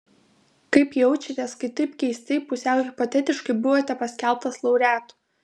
kaip jaučiatės kai taip keistai pusiau hipotetiškai buvote paskelbtas laureatu